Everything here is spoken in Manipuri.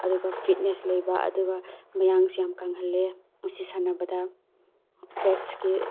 ꯑꯗꯨꯒ ꯐꯤꯠꯅꯦꯁ ꯂꯩꯕ ꯑꯗꯨꯒ ꯃꯌꯥꯡꯁꯨ ꯌꯥꯝ ꯀꯪꯍꯜꯂꯦ ꯑꯁꯤ ꯁꯥꯟꯅꯕꯗ ꯐꯦꯠꯁꯀꯤ